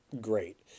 great